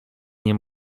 nie